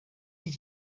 iki